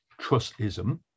trustism